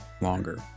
longer